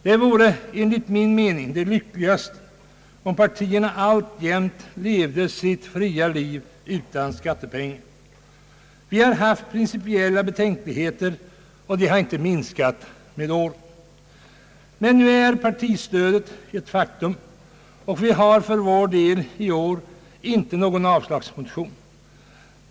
Det vore enligt min mening lyckligast om partierna alltjämt levde sitt fria liv utan skattepengar. Vi har haft principiella betänkligheter, och de har inte minskat med åren. Men nu är partistödet ett faktum, och vi har för vår del i år inte någon avslagsmotion.